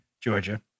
Georgia